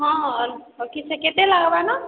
ହଁ ହଁ ରଖିଛେଁ କେତେ ଲାଗ୍ବାନ